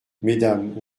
mesdames